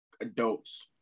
adults